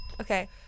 okay